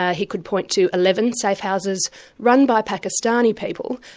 ah he could point to eleven safe houses run by pakistani people,